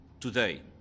today